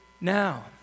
now